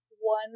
one